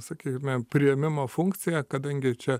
sakykime priėmimo funkciją kadangi čia